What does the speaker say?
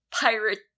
pirate